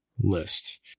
list